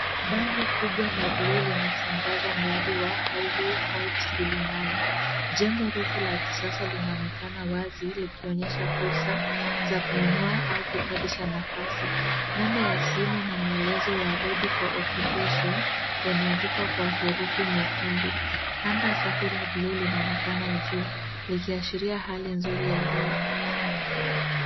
Bango kubwa na bluu linatangaza mradi wa (highway heights) kilimani jengo refu la kisasa linaonekana wazi likionyesha fursa za kununua au kukodisha nafasi. Namba ya simu na maelezo ya ready for occupation yameandikwa kwa herufi nyekundu. Anga safi la buluu linaonekana juu likiashiria hali nzuri ya hewa.